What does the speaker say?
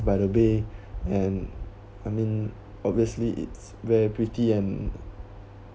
by the bay and I mean obviously it's very pretty and